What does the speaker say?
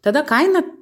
tada kaina